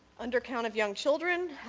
under count of young children.